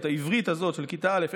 את העברית הזאת של כיתה א',